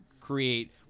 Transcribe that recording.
create